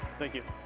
thank you.